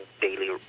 daily